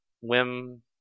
whim